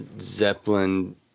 Zeppelin